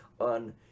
on